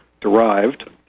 derived